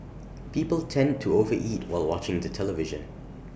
people tend to overeat while watching the television